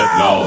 no